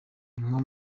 nko